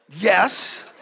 Yes